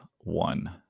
one